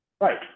Right